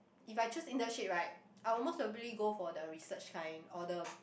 if I choose internship right I will most probably go for the research kind or the